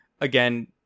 again